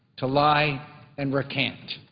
to lie and recant.